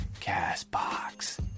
CastBox